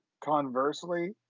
conversely